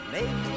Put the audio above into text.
Make